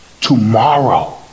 tomorrow